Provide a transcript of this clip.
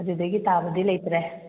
ꯑꯗꯨꯗꯒꯤ ꯇꯥꯕꯗꯤ ꯂꯩꯇ꯭ꯔꯦ